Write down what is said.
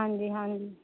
ਹਾਂਜੀ ਹਾਂਜੀ